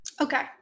Okay